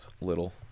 little